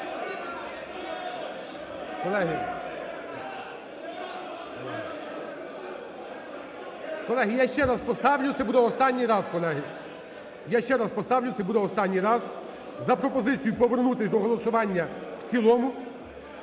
колеги. Я ще раз поставлю, це буде останній раз. За пропозицію повернутись до голосування в цілому,